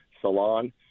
salon